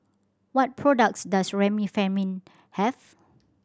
what products does Remifemin have